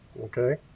Okay